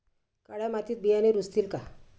काळ्या मातीत बियाणे रुजतील का?